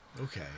okay